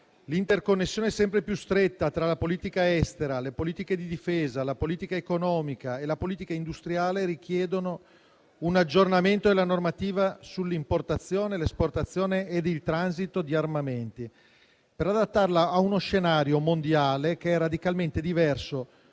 l'interconnessione sempre più stretta tra la politica estera, le politiche di difesa, la politica economica e la politica industriale richiedono un aggiornamento della normativa sull'importazione, l'esportazione e il transito di armamenti, per adattarla ad uno scenario mondiale che è radicalmente diverso,